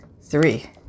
Three